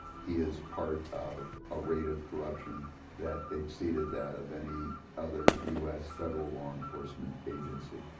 he is part of a raid of corruption that exceeded that of any other u s. federal law enforcement agency.